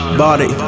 body